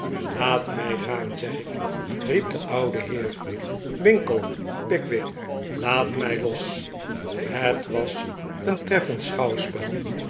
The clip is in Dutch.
laat mij gaan zeg ik riep de oude heer r winkle pickwick laat mij los het was een treffend schouwspel